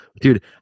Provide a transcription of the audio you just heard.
dude